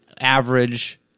average